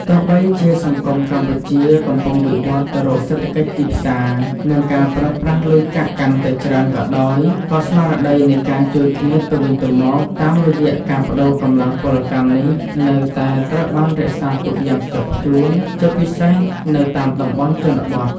ទោះបីជាសង្គមកម្ពុជាកំពុងវិវត្តន៍ទៅរកសេដ្ឋកិច្ចទីផ្សារ និងការប្រើប្រាស់លុយកាក់កាន់តែច្រើនក៏ដោយ ក៏ស្មារតីនៃការជួយគ្នាទៅវិញទៅមកតាមរយៈការប្តូរកម្លាំងពលកម្មនេះនៅតែត្រូវបានរក្សាទុកយ៉ាងខ្ជាប់ខ្ជួន ជាពិសេសនៅតាមតំបន់ជនបទ។